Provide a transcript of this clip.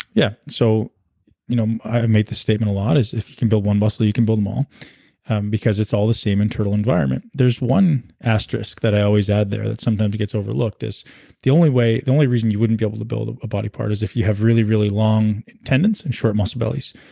yeah, so you know i make this statement a lot, is if you can build one muscle, you can build them all because it's all the same internal environment. there's one asterisk that i always add there that sometimes gets overlooked is the only way, the only reason you wouldn't be able to build a body part is if you have really, really long tendons and short muscle bellies.